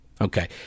okay